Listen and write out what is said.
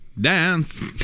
dance